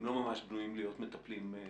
הם לא ממש בנויים להיות מטפלים אישיים.